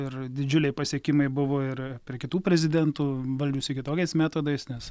ir didžiuliai pasiekimai buvo ir per kitų prezidentų valdžiusių kitokiais metodais nes